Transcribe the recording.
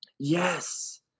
Yes